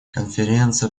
конференция